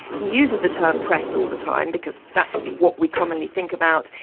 he uses the term press all the time, because that's what we commonly think about.